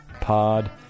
pod